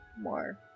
more